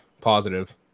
positive